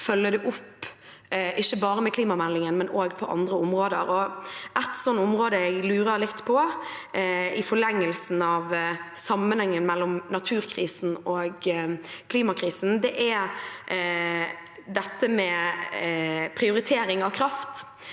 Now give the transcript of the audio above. følge det opp ikke bare med klimameldingen, men også på andre områder. Et slikt område jeg lurer litt på, i forlengelsen av sammenhengen mellom naturkrisen og klimakrisen, er dette med prioritering av kraft.